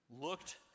looked